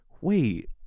wait